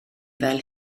fel